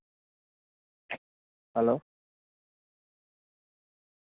hello